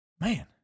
Man